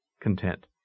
content